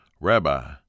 Rabbi